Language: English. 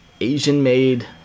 Asian-made